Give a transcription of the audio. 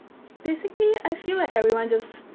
basically, i feel like everyone just.